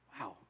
wow